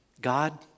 god